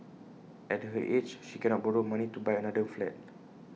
at her age she cannot borrow money to buy another flat